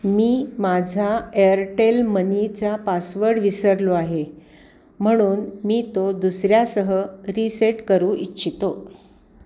मी माझा एअरटेल मनीचा पासवर्ड विसरलो आहे म्हणून मी तो दुसऱ्यासह रीसेट करू इच्छितो